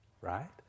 Right